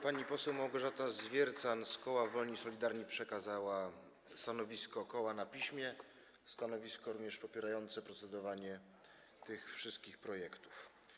Pani poseł Małgorzata Zwiercan z koła Wolni i Solidarni przekazała stanowisko koła na piśmie - stanowisko również popierające procedowanie nad tymi wszystkimi projektami.